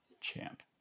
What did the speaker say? champ